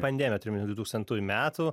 pandemiją turiu omeny du tūkstantųjų metų